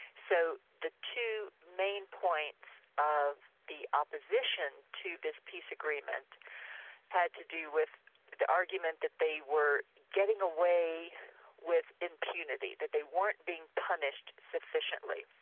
so the two main points of the opposition to this peace agreement had to do with the argument that they were getting away with impunity, that they weren't being punished sufficiently.